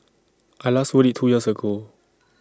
I last rode IT two years ago